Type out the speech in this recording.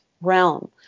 realm